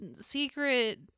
secret